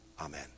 Amen